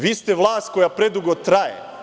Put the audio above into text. Vi ste vlast koja predugo traje.